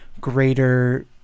greater